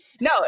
no